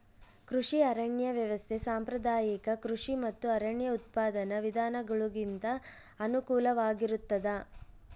ಕೃಷಿ ಅರಣ್ಯ ವ್ಯವಸ್ಥೆ ಸಾಂಪ್ರದಾಯಿಕ ಕೃಷಿ ಮತ್ತು ಅರಣ್ಯ ಉತ್ಪಾದನಾ ವಿಧಾನಗುಳಿಗಿಂತ ಅನುಕೂಲಕರವಾಗಿರುತ್ತದ